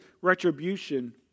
retribution